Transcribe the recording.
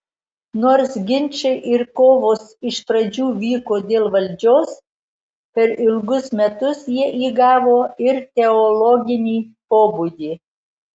nors ginčai ir kovos iš pradžių vyko dėl valdžios per ilgus metus jie įgavo ir teologinį pobūdį